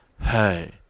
hey